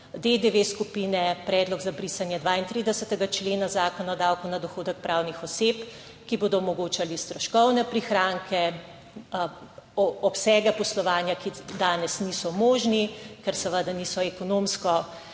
DDV skupine, predlog za brisanje 32. člena Zakona o davku na dohodek pravnih oseb, ki bodo omogočali stroškovne prihranke. Obsegi poslovanja, ki danes niso možni, ker seveda niso ekonomsko